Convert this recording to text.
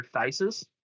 faces